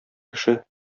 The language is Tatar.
кеше